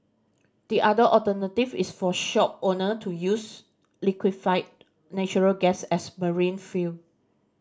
the other alternative is for shopowner to use liquefied natural gas as marine fuel